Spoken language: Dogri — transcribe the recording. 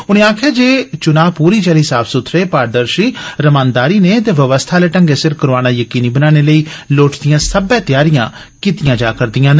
उने आक्खेआ जे चुना पूरी चाल्ली साफ सुथरे पारदर्शी रमानदारी नै ते बवस्था आले ढंगै सिर करोआना जकीनी बनाने लेई लोड़चदियां सब्लै तैआरियां कीतियां जा'रदियां न